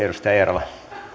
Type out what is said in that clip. edustaja eerola